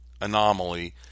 anomaly